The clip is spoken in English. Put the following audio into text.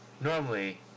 normally